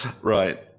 Right